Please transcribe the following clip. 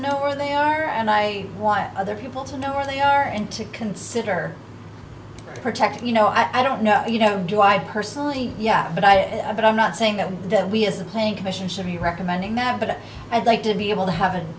know where they are and i want other people to know where they are and to consider to protect you know i don't know you know do i personally yeah but i but i'm not saying that that we as a playing commission should be recommending that but i'd like to be able to have an